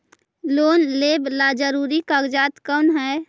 Loan लेब ला जरूरी कागजात कोन है?